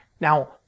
Now